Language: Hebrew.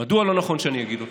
מדוע לא נכון שאני אגיד אותם?